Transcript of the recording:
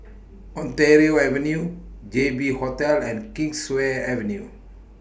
Ontario Avenue J B Hotel and Kingswear Avenue